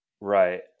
right